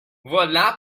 voilà